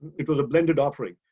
it was a blended offering.